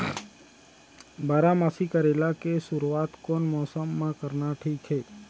बारामासी करेला के शुरुवात कोन मौसम मा करना ठीक हे?